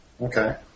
Okay